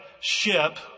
ship